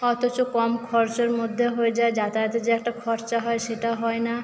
অথচ কম খরচের মধ্যে হয়ে যায় যাতায়াতের যে একটা খরচা হয় সেটা হয় না